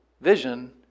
vision